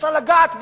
אי-אפשר לגעת בזה.